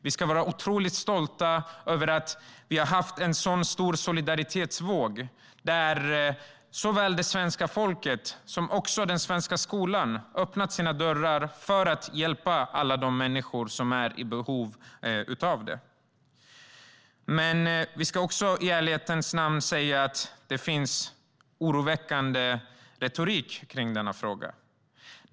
Vi ska vara otroligt stolta över att ha haft en sådan stor solidaritetsvåg, där såväl det svenska folket som den svenska skolan har öppnat sina dörrar för att hjälpa alla de människor som är i behov av hjälp. Men vi ska också i ärlighetens namn säga att det finns oroväckande retorik i denna fråga.